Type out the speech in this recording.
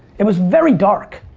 it was very dark,